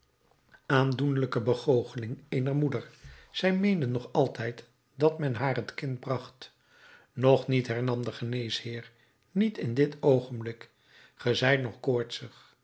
aandoenlijke begoocheling eener moeder zij meende nog altijd dat men haar het kind bracht nog niet hernam de geneesheer niet in dit oogenblik ge zijt nog koortsig